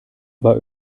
war